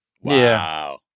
Wow